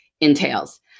entails